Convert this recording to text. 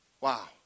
Wow